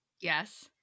Yes